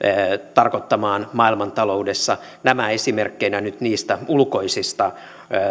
tarkoittamaan maailmantaloudessa nämä esimerkkeinä nyt niistä ulkoisista